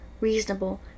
reasonable